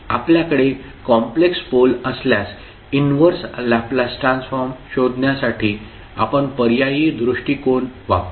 आपल्याकडे complex pole असल्यास inverse Laplace transform शोधण्यासाठी आपण पर्यायी दृष्टिकोन वापरू